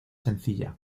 sencilla